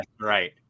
Right